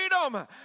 freedom